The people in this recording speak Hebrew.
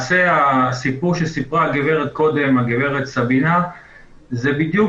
הסיפור שגב' סבינה סיפרה קודם זה בדיוק